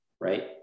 right